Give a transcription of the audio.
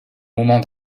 moment